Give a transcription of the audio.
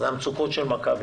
המצוקות של מכבי.